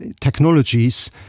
technologies